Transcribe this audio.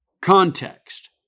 context